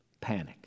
panic